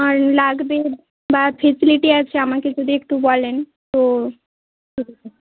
fund লাগবে বা facility আছে আমাকে যদি একটু বলেন তো